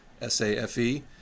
s-a-f-e